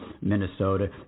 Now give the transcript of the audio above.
Minnesota